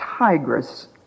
tigress